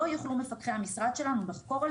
לא יוכלו מפקחי המשרד שלנו לחקור על